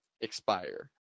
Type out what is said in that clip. expire